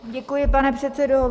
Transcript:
Děkuji, pane předsedo.